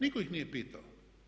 Nitko ih nije pitao.